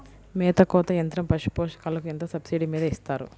మేత కోత యంత్రం పశుపోషకాలకు ఎంత సబ్సిడీ మీద ఇస్తారు?